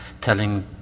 telling